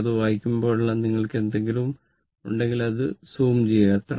പക്ഷേ അത് വായിക്കുമ്പോഴെല്ലാം നിങ്ങൾക്ക് എന്തെങ്കിലും ഉണ്ടെങ്കിൽ അത് സൂം ചെയ്യുക